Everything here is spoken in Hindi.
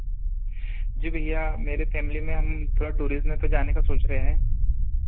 जी भैया मेरे फैमिली में हम थोड़ा टूरिज़्म पर जाने का सोच रहे हैं